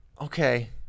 Okay